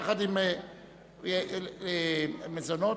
עברה בקריאה טרומית.